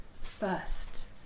first